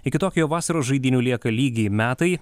iki tokijo vasaros žaidynių lieka lygiai metai